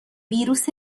ویروس